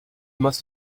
must